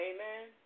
Amen